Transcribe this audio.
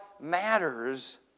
matters